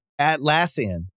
Atlassian